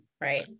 right